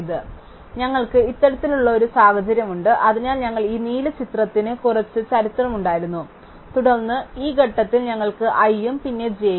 അതിനാൽ ഞങ്ങൾക്ക് ഇത്തരത്തിലുള്ള ഒരു സാഹചര്യം ഉണ്ട് അതിനാൽ ഞങ്ങൾക്ക് ഈ നീല ചരിത്രത്തിന് കുറച്ച് ചരിത്രമുണ്ടായിരുന്നു തുടർന്ന് ഈ ഘട്ടത്തിൽ ഞങ്ങൾക്ക് i ഉം പിന്നെ j